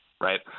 right